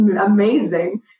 amazing